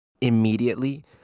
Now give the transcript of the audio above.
immediately